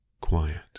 quiet